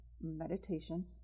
meditation